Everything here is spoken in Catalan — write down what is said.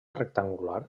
rectangular